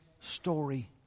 story